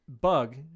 bug